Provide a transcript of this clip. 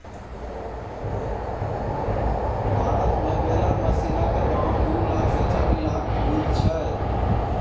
भारत मे बेलर मशीनक दाम दु लाख सँ चारि लाखक बीच छै